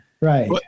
Right